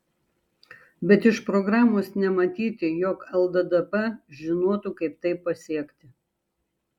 bet iš programos nematyti jog lddp žinotų kaip tai pasiekti